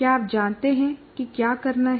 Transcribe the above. क्या आप जानते हैं कि क्या करना है